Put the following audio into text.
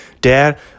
Dad